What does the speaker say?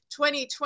2020